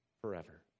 forever